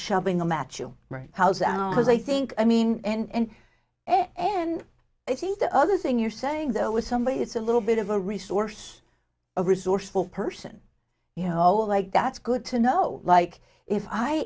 shoving a match you right house out as i think i mean and and i think the other thing you're saying though is somebody it's a little bit of a resource a resourceful person you know like that's good to know like if i